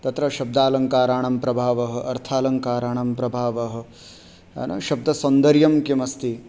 तत्र शब्दालङ्काराणां प्रभावः अर्थालङ्काराणां प्रभावः शब्दसौन्दर्यं किम् अस्ति